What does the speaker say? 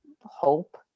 hope